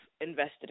invested